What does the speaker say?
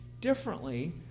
differently